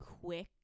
quick